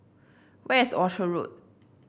where is Orchard Road